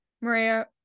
Maria